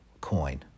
coin